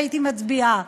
שהייתי מצביעה.